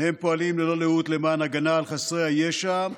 לאות למען הגנה על חסרי הישע.